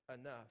enough